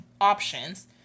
options